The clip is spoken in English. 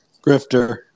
Grifter